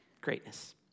Greatness